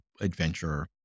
adventure